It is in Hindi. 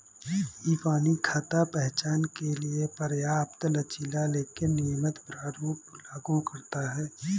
इबानी खाता पहचान के लिए पर्याप्त लचीला लेकिन नियमित प्रारूप लागू करता है